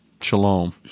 Shalom